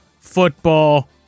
Football